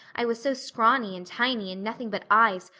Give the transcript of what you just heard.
i was so scrawny and tiny and nothing but eyes,